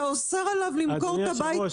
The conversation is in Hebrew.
אתה אוסר עליו למכור את הבית חמש שנים.